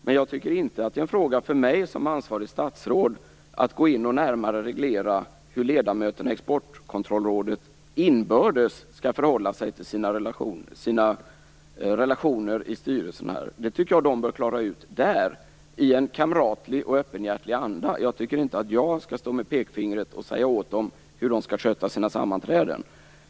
Men jag tycker inte att det är en fråga för mig som ansvarigt statsråd att gå in och närmare reglera hur ledamöterna i Exportkontrollrådet inbördes skall förhålla sig vad gäller relationerna i styrelsen. Det bör ledamöterna klara ut i rådet i en kamratlig och öppenhjärtig anda. Jag tycker inte att jag skall stå med pekfingret och säga åt dem hur de skall sköta sina sammanträden.